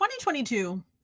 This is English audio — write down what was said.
2022